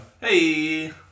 Hey